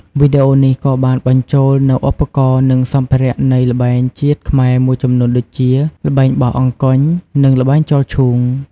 វីដេអូនេះក៏បានបញ្ចូលនូវឧបករណ៍ និងសម្ភារៈនៃល្បែងជាតិខ្មែរមួយចំនួនដូចជា ល្បែងបោះអង្គញ់ និងល្បែងចោលឈូង។